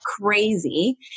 crazy